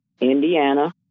Indiana